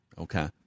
Okay